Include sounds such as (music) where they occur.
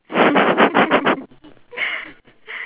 (laughs)